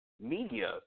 media